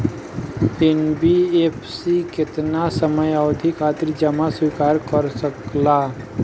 NBFC केतना समयावधि खातिर जमा स्वीकार कर सकला?